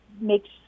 makes